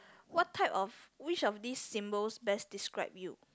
what type of which of this symbols best describe you